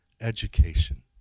education